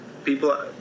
people